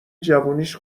جوونیش